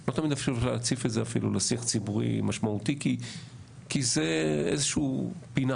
לא תמיד אפשר להציף את זה אפילו לשיח ציבורי משמעותי כי זה איזושהי פינה